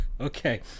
Okay